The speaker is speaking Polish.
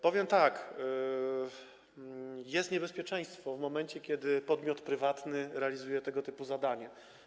Powiem tak: pojawia się niebezpieczeństwo w momencie, kiedy podmiot prywatny realizuje tego typu zadanie.